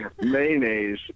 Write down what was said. mayonnaise